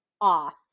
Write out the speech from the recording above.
off